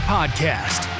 Podcast